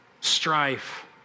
strife